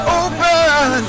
open